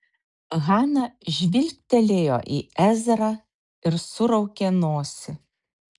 hana žvilgtelėjo į ezrą ir suraukė nosį